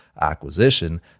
acquisition